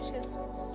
Jesus